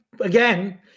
again